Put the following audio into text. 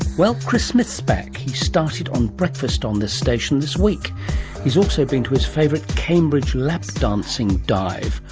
well, chris smith is so back. he started on breakfast on this station this week. he has also been to his favourite cambridge lap dancing dive,